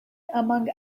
among